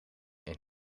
een